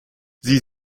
sie